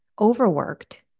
overworked